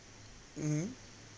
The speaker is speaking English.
mmhmm